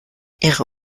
ihre